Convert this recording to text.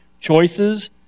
choices